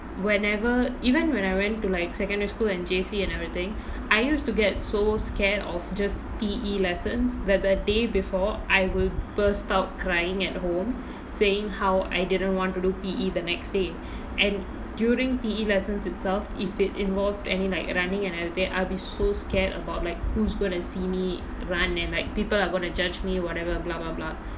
whenever even when I went to like secondary school and J_C and everything I used to get so scared of just P_E lessons that the day before I will burst out crying at home saying how I didn't want to do P_E the next day and during P_E lessons itself if it involved any like running and everything I'll be so scared about like who's going to see me run and like people are gonna judge me whatever